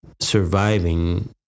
surviving